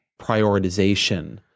prioritization